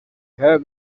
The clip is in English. have